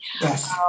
Yes